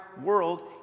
world